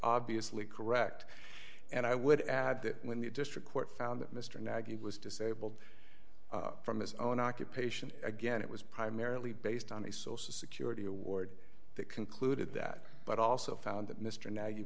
obviously correct and i would add that when the district court found that mr naggy was disabled from his own occupation again it was primarily based on the social security award that concluded that but also found that mr now